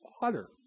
water